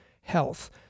health